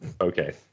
Okay